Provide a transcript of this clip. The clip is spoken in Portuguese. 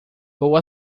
boa